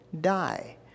die